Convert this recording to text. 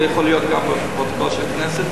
זה יכול להיות גם בפרוטוקול של הכנסת,